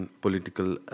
political